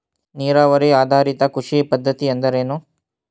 ನೀರಾವರಿ ಆಧಾರಿತ ಕೃಷಿ ಪದ್ಧತಿ ಎಂದರೇನು?